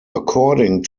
according